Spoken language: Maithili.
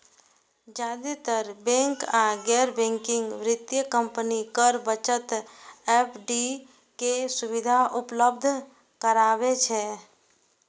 जादेतर बैंक आ गैर बैंकिंग वित्तीय कंपनी कर बचत एफ.डी के सुविधा उपलब्ध कराबै छै